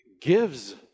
gives